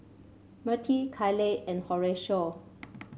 Mirtie Kailey and Horatio